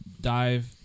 Dive